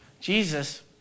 Jesus